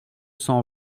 cent